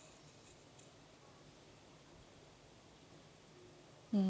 mm